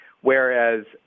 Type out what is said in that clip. whereas